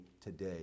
today